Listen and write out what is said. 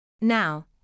Now